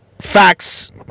Facts